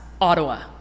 Ottawa